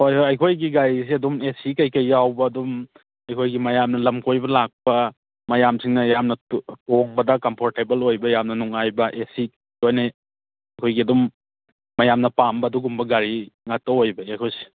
ꯍꯣꯏ ꯍꯣꯏ ꯑꯩꯈꯣꯏꯒꯤ ꯇꯥꯔꯤꯁꯦ ꯑꯗꯨꯝ ꯑꯦ ꯁꯤ ꯀꯩꯀꯩ ꯌꯥꯎꯕ ꯑꯗꯨꯝ ꯑꯩꯈꯣꯏꯒꯤ ꯃꯌꯥꯝꯅ ꯂꯝ ꯀꯣꯏꯕ ꯂꯥꯛꯄ ꯃꯌꯥꯝꯁꯤꯡꯅ ꯌꯥꯝꯅ ꯇꯣꯡꯕꯗ ꯀꯝꯐꯣꯔꯇꯦꯕꯜ ꯑꯣꯏꯕ ꯌꯥꯝꯅ ꯅꯨꯡꯉꯥꯏꯕ ꯑꯦ ꯁꯤ ꯂꯣꯏꯅ ꯑꯩꯈꯣꯏꯒꯤ ꯑꯗꯨꯝ ꯃꯌꯥꯝꯅ ꯄꯥꯝꯕ ꯑꯗꯨꯒꯨꯝꯕ ꯒꯥꯔꯤ ꯉꯥꯛꯇ ꯑꯣꯏꯕꯅꯦ ꯑꯩꯈꯣꯏꯁꯤ